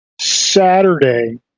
Saturday